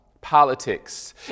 politics